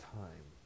time